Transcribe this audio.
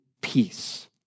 peace